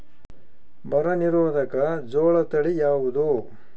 ಬರ ನಿರೋಧಕ ಜೋಳ ತಳಿ ಯಾವುದು?